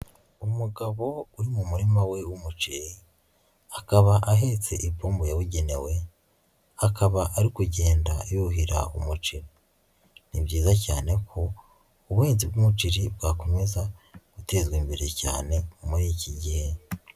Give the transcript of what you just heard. Umugabo uri mu murima we w'umuceri, akaba ahetse ipombo yabugenewe, akaba ari kugenda yuhira umuceri. Ni byiza cyane ko, ubuhinzi bw'umuceri bwakomeza gutezwa imbere cyane muri iki gihe.